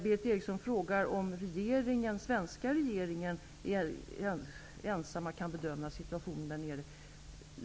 Berith Eriksson frågar om den svenska regeringen ensam kan bedöma situationen där nere.